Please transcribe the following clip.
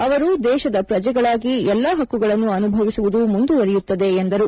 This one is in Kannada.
ಅವರು ದೇಶದ ಪ್ರಜೆಗಳಾಗಿ ಎಲ್ಲ ಹಕ್ಕುಗಳನ್ನು ಅನುಭವಿಸುವುದು ಮುಂದುವರೆಯುತ್ತದೆ ಎಂದರು